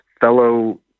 fellow